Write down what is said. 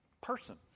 person